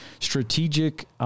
strategic –